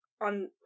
on